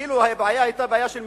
אילו הבעיה היתה של מדיניות,